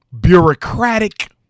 bureaucratic